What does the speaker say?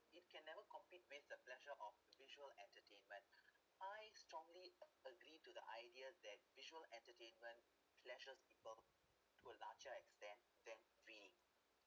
it can never compete with the pleasure of visual entertainment I strongly agree to the idea that visual entertainment pleasures people to a larger extent than feeling